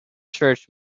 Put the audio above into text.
church